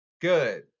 Good